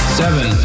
seven